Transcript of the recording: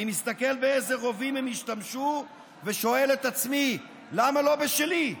אני מסתכל באיזה רובים הם השתמשו ושואל את עצמי: למה לא בשלי?